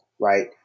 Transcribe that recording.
right